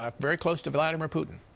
um very close to vladimir putin.